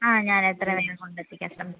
ആ ഞാൻ എത്രയും വേഗം കോണ്ടാക്ട് ചെയ്യാൻ ശ്രമിക്കാം